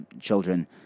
children